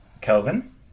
Kelvin